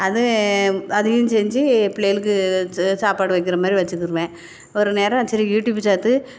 அதுவும் அதையும் செஞ்சி பிள்ளைகளுக்கு ச சாப்பாடு வைக்கின்ற மாதிரி வச்சி தருவேன் ஒரு நேரம் சரி ஒரு நேரம் யூடியூப்பு சேர்த்து